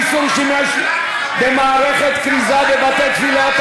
איסור שימוש במערכת כריזה בבתי-תפילה),